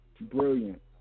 brilliant